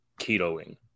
ketoing